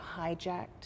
hijacked